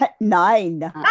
Nine